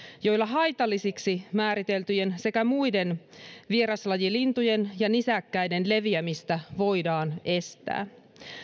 joilla haitallisiksi määriteltyjen sekä muiden vieraslajilintujen ja nisäkkäiden leviämistä voidaan estää